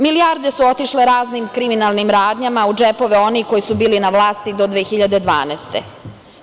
Milijarde su otišle raznim kriminalnim radnjama, u džepove onih koji su bili na vlasti do 2012. godine.